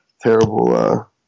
terrible